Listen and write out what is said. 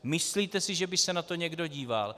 Myslíte si, že by se na to někdo díval?